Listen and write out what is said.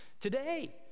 today